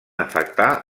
afectar